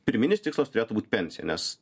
pirminis tikslas turėtų būt pensija nes